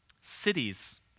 Cities